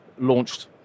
launched